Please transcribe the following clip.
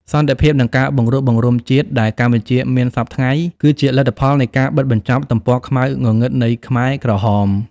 សន្តិភាព និងការបង្រួបបង្រួមជាតិដែលកម្ពុជាមានសព្វថ្ងៃ គឺជាលទ្ធផលនៃការបិទបញ្ចប់ទំព័រខ្មៅងងឹតនៃខ្មែរក្រហម។